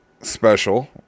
special